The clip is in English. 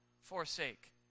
forsake